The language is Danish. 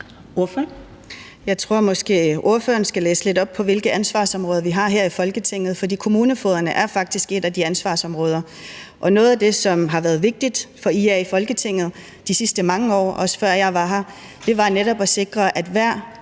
(IA): Jeg tror måske, ordføreren skal læse lidt op på, hvilke ansvarsområder vi har her i Folketinget, for kommunefogederne er faktisk et af de ansvarsområder. Og noget af det, som har været vigtigt for IA i Folketinget de sidste mange år, også før jeg var her, har netop været at sikre, at hver